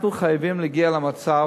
אנחנו חייבים להגיע למצב,